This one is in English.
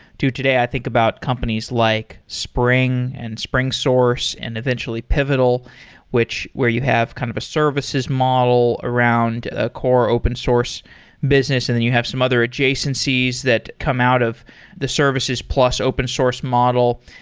to today, i think about companies like spring, and spring source, and eventually pivotal which where you kind of a services model around ah core open-source business, and then you have some other adjacencies that come out of the services plus open source model.